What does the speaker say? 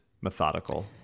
methodical